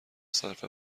صرف